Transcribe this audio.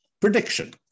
Prediction